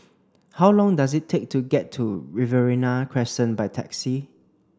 how long does it take to get to Riverina Crescent by taxi